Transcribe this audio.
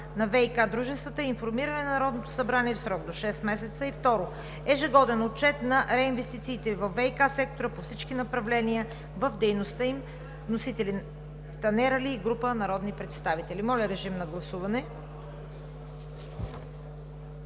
на ВиК дружествата и информиране на Народното събрание в срок до шест месеца. 2. Ежегоден отчет на реинвестициите във ВиК сектора по всички направления в дейността им.“ Вносители са Танер Али и група народни представители. Гласували